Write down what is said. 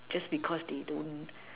just because they don't